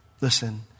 Listen